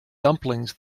dumplings